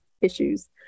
issues